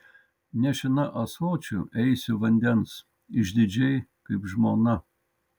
nešina ąsočiu eisiu vandens išdidžiai kaip žmona